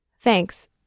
Thanks